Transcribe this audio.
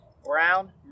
Brown